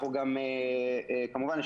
כמובן,